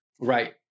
Right